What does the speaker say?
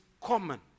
common